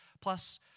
Plus